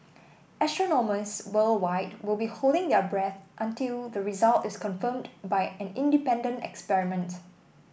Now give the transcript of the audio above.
astronomers worldwide will be holding their breath until the result is confirmed by an independent experiment